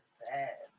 sad